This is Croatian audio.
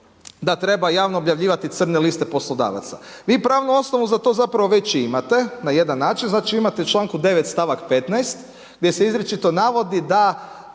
da treba javno objavljivati crne liste poslodavaca. Vi pravnu osnovu za to zapravo već imate na jedan način, znači imate u članku 9. stavak 15. gdje se izričito navodi da